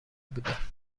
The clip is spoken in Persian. بودند